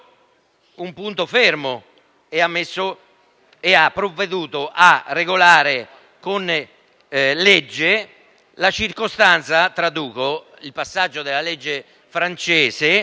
un punto fermo e ha provveduto a regolare con legge la circostanza - traduco il passaggio della legge francese